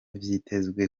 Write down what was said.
vyitezwe